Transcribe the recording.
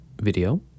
video